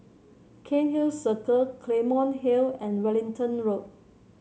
Cairnhill Circle Claymore Hill and Wellington Road